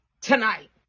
tonight